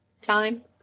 time